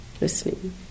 listening